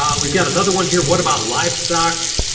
um we've got another one here. what about livestock?